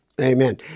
Amen